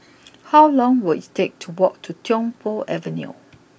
how long will it take to walk to Tiong Poh Avenue